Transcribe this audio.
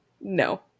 No